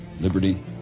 liberty